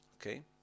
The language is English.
Okay